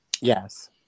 Yes